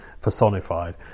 personified